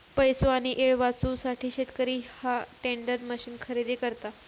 पैसो आणि येळ वाचवूसाठी शेतकरी ह्या टेंडर मशीन खरेदी करता